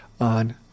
on